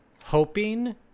hoping